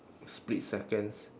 split seconds